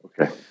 Okay